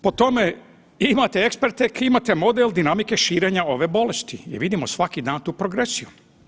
Po tome imate eksperte imate model dinamike širenja ove bolesti i vidimo svaki dan tu progresiju.